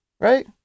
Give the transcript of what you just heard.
Right